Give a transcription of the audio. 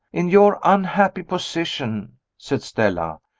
in your unhappy position, said stella,